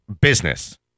business